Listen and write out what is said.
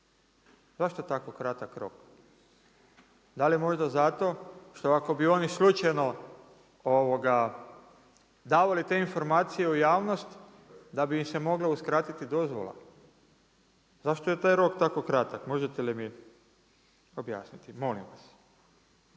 Zašto tako kratak rok? Da li možda zato, što ako bi oni slučajno, davali te informacije u javnost, da bi im se mogla uskratiti dozvola? Zašto je taj rok tako kratak, možete li mi objasniti? Molim vas.